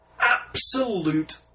absolute